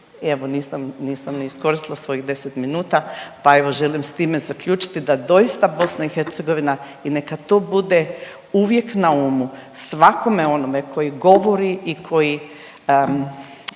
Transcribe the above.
nisam, nisam ni iskoristila svojih 10 minuta, pa evo želim s time zaključiti da doista BiH i neka to bude uvijek na umu svakome onome koji govori i koji,